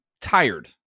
tired